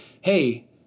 hey